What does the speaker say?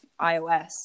iOS